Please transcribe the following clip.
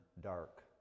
dark